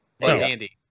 Andy